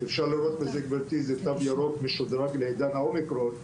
אפשר לראות בזה גברתי תו ירוק משודרג לעידן האומיקרון.